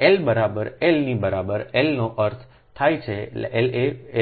તેથી L બરાબર L ની બરાબર L નો અર્થ થાય છે L a